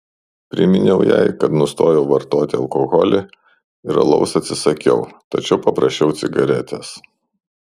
priminiau jai kad nustojau vartoti alkoholį ir alaus atsisakiau tačiau paprašiau cigaretės